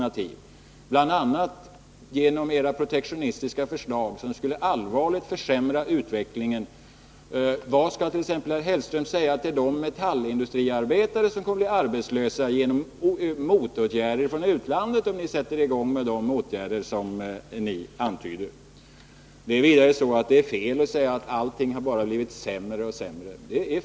a. gäller detta era protektionistiska förslag, som allvarligt skulle försämra utvecklingen. Vad skulle Mats Hellström säga till exempelvis de metallarbetare som skulle bli arbetslösa genom motåtgärder av utlandet, om vi skulle sätta i gång med det som ni antyder? Sedan är det fel att säga att allt har blivit sämre och sämre.